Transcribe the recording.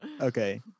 Okay